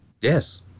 Yes